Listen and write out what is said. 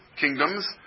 kingdoms